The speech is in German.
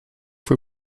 für